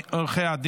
נספחות.]